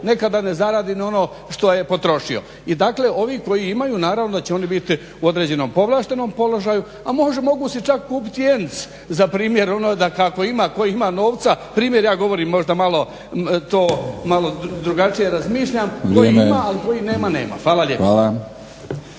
nekada ne zaradi ni ono što je potrošio. I dakle ovi koji imaju naravno da će oni biti u određenom povlaštenom položaju, a mogu čak kupiti ENC za primjer … tko ima novca, primjer ja govorim, možda to malo drugačije razmišljam, koji ima a koji nema, nema. Hvala lijepa.